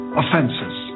offenses